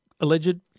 alleged